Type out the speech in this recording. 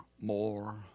more